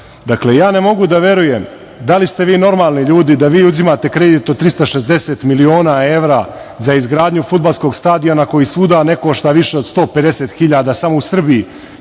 radilo. Dakle, ja ne mogu da verujem da li ste vi normalni ljudi, da vi uzimate kredit od 360 miliona evra za izgradnju fudbalskog stadiona, koji svuda ne košta više 150 hiljada. Samo u Srbiji